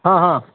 हां हां